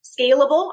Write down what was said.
scalable